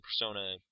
Persona